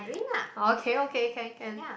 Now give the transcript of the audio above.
okay okay can can